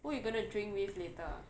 who you gonna drink with later